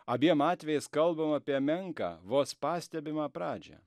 abiem atvejais kalbam apie menką vos pastebimą pradžią